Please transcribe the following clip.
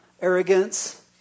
arrogance